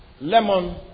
lemon